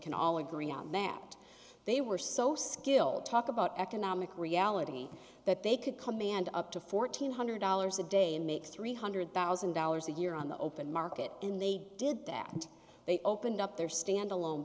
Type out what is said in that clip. can all agree on that they were so skilled talk about economic reality that they could command up to fourteen hundred dollars a day and make three hundred thousand dollars a year on the open market and they did that and they opened up their standalone